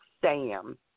Sam